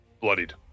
bloodied